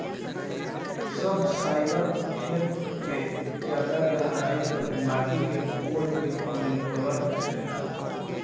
subsoiler खेत के ज्यादा गहराई तक माटी के कोड़ के अउरी पलट देवेला